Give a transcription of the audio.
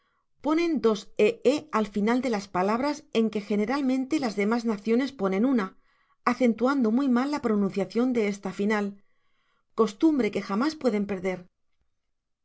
ponen dos éél final de las palabras en que generalmente las demas naciones ponen una acentuando muy mal la pronunciacion de esta fina costumbre que jamás pueden perder